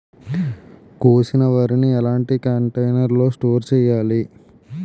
కోసిన వరిని ఎలాంటి కంటైనర్ లో స్టోర్ చెయ్యాలి?